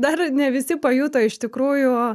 dar ne visi pajuto iš tikrųjų